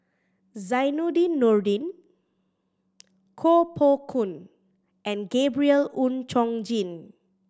Zainudin Nordin Koh Poh Koon and Gabriel Oon Chong Jin